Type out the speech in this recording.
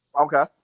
Okay